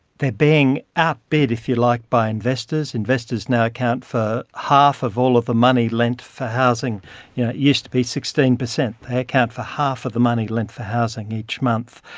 they are being outbid, if you like, by investors. investors now account for half of all of the money lent for housing. it used to be sixteen percent, they account for half of the money lent for housing each month.